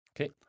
Okay